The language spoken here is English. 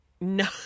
No